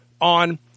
on